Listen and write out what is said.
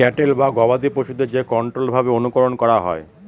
cattle বা গবাদি পশুদের যে কন্ট্রোল্ড ভাবে অনুকরন করা হয়